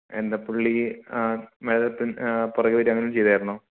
എന്താ പുള്ളി മേഡത്തിന് പുറകെ വരികയോ അങ്ങനെ വല്ലതും ചെയ്തായിരുന്നോ